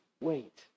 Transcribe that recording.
wait